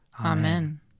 Amen